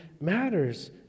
matters